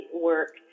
work